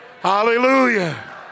Hallelujah